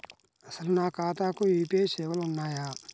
అసలు నా ఖాతాకు యూ.పీ.ఐ సేవలు ఉన్నాయా?